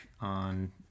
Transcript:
on